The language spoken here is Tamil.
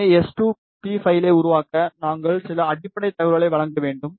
எனவே எஸ்2பி பைலை உருவாக்க நாங்கள் சில அடிப்படை தகவல்களை வழங்க வேண்டும்